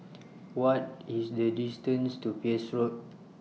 What IS The distance to Peirce Road